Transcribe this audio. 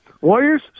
Warriors